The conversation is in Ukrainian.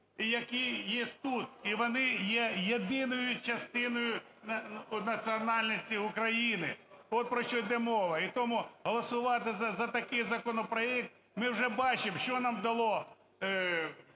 яке є тут. І вони є єдиною частиною національності України, от про що йде мова. І тому голосувати за такий законопроект… Ми вже бачимо, що нам дало